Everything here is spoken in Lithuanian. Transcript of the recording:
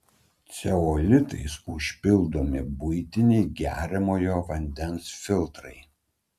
ceolitais užpildomi buitiniai geriamojo vandens filtrai